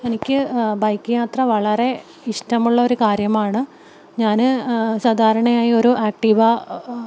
എനിക്ക് ബൈക്ക് യാത്ര വളരെ ഇഷ്ടമുള്ള ഒരു കാര്യമാണ് ഞാൻ സാധാരണയായി ഒരു ആക്ടിവ